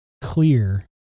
clear